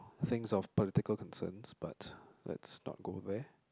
things of political concerns but let's not go there